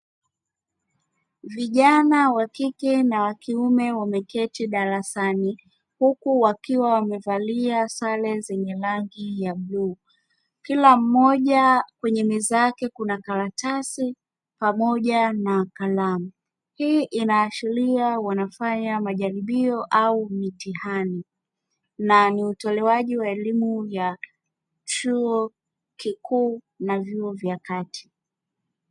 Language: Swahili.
Vijana wa kike na wa kiume wameketi darasani huku wakiwa wamevalia sare zenye rangi ya bluu; kila mmoja kwenye meza yake kuna karatasi pamoja na kalamu. Hii inaashiria wanafanya jaribio au mitihani na ni utolewaji wa elimu ya chuo kikuu na vyuo vya Kati.